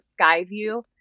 Skyview